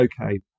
okay